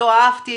לא אהבתי,